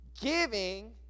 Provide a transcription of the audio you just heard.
Giving